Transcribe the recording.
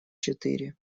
четыре